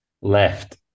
left